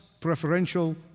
preferential